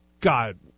God